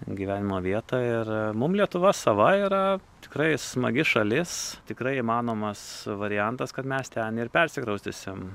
gyvenimo vietą ir mum lietuva sava yra tikrai smagi šalis tikrai įmanomas variantas kad mes ten ir persikraustysim